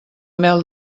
mel